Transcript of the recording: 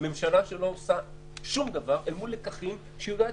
ממשלה שלא עושה שום דבר אל מול לקחים שהיא יודעת